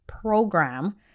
program